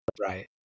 right